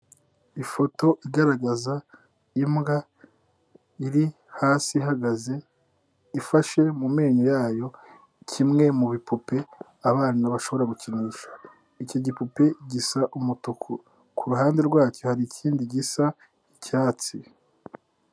Ifoto igaragaza imbwa iri hasi ihagaze, ifashe mu menyo yayo, kimwe mu bipupe abana bashobora gukinisha. Icyo gipupe gisa umutuku, ku ruhande rwacyo hari ikindi gisa icyatsi.